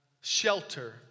shelter